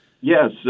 Yes